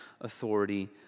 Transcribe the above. authority